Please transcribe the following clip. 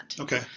Okay